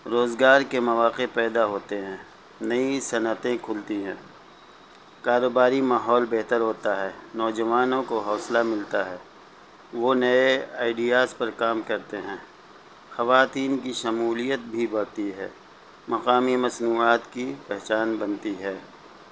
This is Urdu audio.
روزگار کے مواقع پیدا ہوتے ہیں نئی صنعتیں کھلتی ہیں کاروباری ماحول بہتر ہوتا ہے نوجوانوں کو حوصلہ ملتا ہے وہ نئے آئیڈیاز پر کام کرتے ہیں خواتین کی شمولیت بھی بڑھتی ہے مقامی مصنوعات کی پہچان بنتی ہے